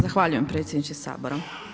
Zahvaljujem predsjedniče Sabora.